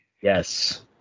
Yes